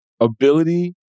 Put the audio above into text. ability